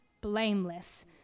blameless